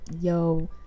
yo